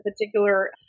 particular